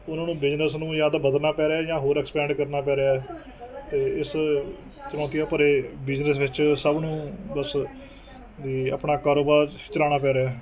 ਉਹਨਾਂ ਨੂੰ ਬਿਜ਼ਨਸ ਨੂੰ ਜਾਂ ਤਾਂ ਬਦਲਣਾ ਪੈ ਰਿਹਾ ਜਾਂ ਹੋਰ ਐਕਸਪੈਂਡ ਕਰਨਾ ਪੈ ਰਿਹਾ ਅਤੇ ਇਸ ਚੁਣੌਤੀਆਂ ਭਰੇ ਬਿਜ਼ਨਸ ਵਿੱਚ ਸਭ ਨੂੰ ਬਸ ਬੀ ਆਪਣਾ ਕਾਰੋਬਾਰ ਚਲਾਉਣਾ ਪੈ ਰਿਹਾ